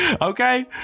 okay